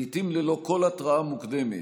לעיתים ללא כל התראה מוקדמת,